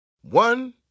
One